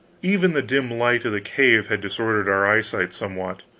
even the dim light of the cave had disordered our eyesight somewhat,